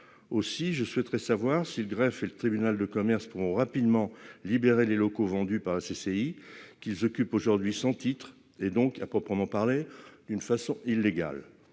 financière intenable. Le greffe et le tribunal de commerce pourront-ils rapidement libérer les locaux vendus par la CCI, qu'ils occupent aujourd'hui sans titre et, donc, à proprement parler d'une façon illégale